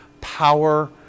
power